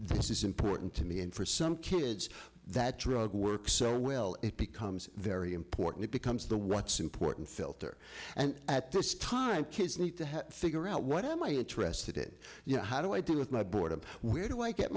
is important to me and for some kids that drug works so well it becomes very important it becomes the what's important filter and at this time kids need to help figure out what am i interested in you know how do i deal with my boredom where do i get